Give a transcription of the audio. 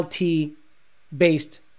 LT-based